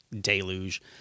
deluge